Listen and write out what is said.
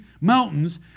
mountains